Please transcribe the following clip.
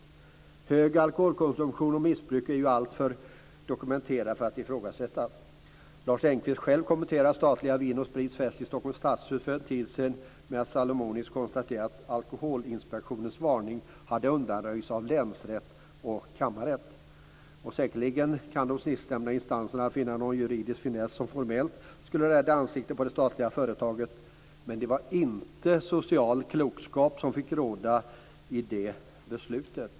En hög alkoholkonsumtion och missbruk är ju alltför dokumenterade för att ifrågasättas. Lars Engqvist själv har kommenterat statliga Vinoch Sprits fest i Stockholms stadshus för en tid sedan genom att salomoniskt konstatera att Alkoholinspektionens varning hade undanröjts av länsrätt och kammarrätt. Säkerligen kan de sistnämnda instanserna finna en juridisk finess som formellt skulle rädda ansiktet på det statliga företaget men det var inte social klokskap som fick råda i det beslutet.